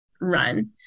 run